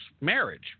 marriage